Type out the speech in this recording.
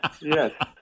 yes